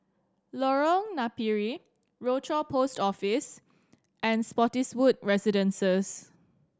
Lorong Napiri Rochor Post Office and Spottiswoode Residences